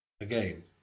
Again